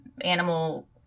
animal